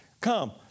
come